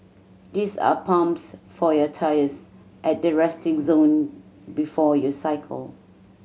these are pumps for your tyres at the resting zone before you cycle